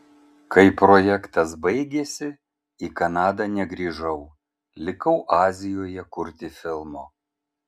kai projektas baigėsi į kanadą negrįžau likau azijoje kurti filmo